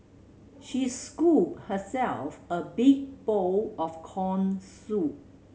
she scooped herself a big bowl of corn soup